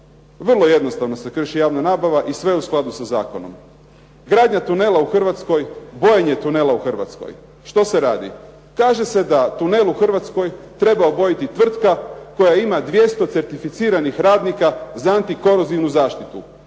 Vrlo jednostavno se krši javna nabava i sve u skladu sa zakonom. Gradnja tunela u Hrvatskoj, bojanje tunela u Hrvatskoj, što se radi? Kaže se da tunel u Hrvatskoj treba obojiti tvrtka koja ima 200 certificiranih radnika za antikorozivnu zaštitu.